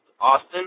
Austin